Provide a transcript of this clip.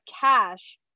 cash